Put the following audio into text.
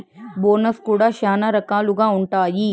bonus కూడా శ్యానా రకాలుగా ఉంటాయి